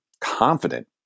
confident